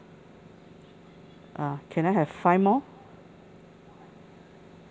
uh can I have five more